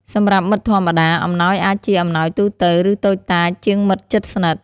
សម្រាប់មិត្តធម្មតា អំណោយអាចជា អំណោយទូទៅ ឬតូចតាចជាងមិត្តជិតស្និទ្ធ។